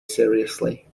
seriously